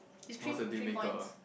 what's the deal maker